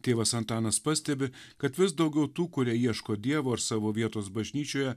tėvas antanas pastebi kad vis daugiau tų kurie ieško dievo ir savo vietos bažnyčioje